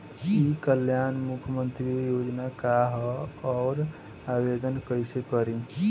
ई कल्याण मुख्यमंत्री योजना का है और आवेदन कईसे करी?